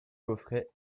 coffret